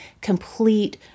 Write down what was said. complete